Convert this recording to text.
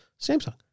Samsung